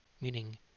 meaning